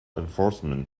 enforcement